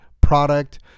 product